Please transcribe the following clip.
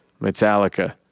Metallica